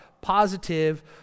Positive